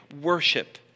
worship